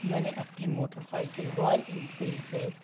میں نے اپنی موٹر سائیکل رائل انفیلڈ سے